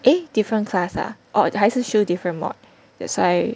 eh different class ah oh 还是 show different mod that's why